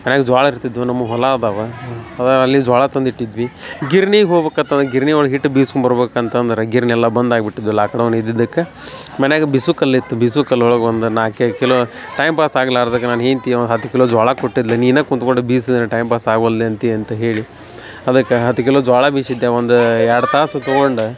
ಮನ್ಯಾಗ್ ಜ್ವಾಳ ಇರ್ತಿದ್ವು ನಮ್ ಹೊಲ ಅದಾವ ಅದ್ರಾಗ್ ಅಲ್ಲಿ ಜ್ವಾಳ ತಂದಿಟ್ಟಿದ್ವಿ ಗಿರ್ನೀಗ್ ಹೋಬೇಕಾತ್ತದ ಗಿರ್ನಿ ಒಳ್ಗ ಹಿಟ್ಟು ಬಿಸ್ಕೊಂಬರ್ಬೇಕು ಅಂತಂದ್ರ ಗಿರ್ನ ಎಲ್ಲ ಬಂದು ಆಗ್ಬಿಟ್ಟಿದ್ವು ಲಾಕ್ ಡೌನ್ ಇದ್ದಿದ್ದಕ್ಕೆ ಮನ್ಯಾಗ ಬೀಸು ಕಲ್ಲು ಇತ್ತು ಬೀಸು ಕಲ್ಲೊಳಗ ಒಂದು ನಾಲ್ಕೈದು ಕಿಲೋ ಟೈಮ್ ಪಾಸ್ ಆಗಲಾರ್ದಾಗ ನನ್ನ ಹೆಂಡತಿಯು ಹತ್ತು ಕಿಲೋ ಜ್ವಾಳ ಕೊಟ್ಟಿದ್ಲ ನೀನು ಕುಂತ್ಕೊಂಡು ಬೀಸ ಟೈಮ್ ಪಾಸ್ ಆಗೊಲ್ಲೆಂತಿ ಅಂತ ಹೇಳಿ ಅದಕ್ಕೆ ಹತ್ತು ಕಿಲೋ ಜ್ವಾಳ ಬೀಸಿದ್ದೆ ಒಂದು ಎರಡು ತಾಸು ತೊಗೊಂಡ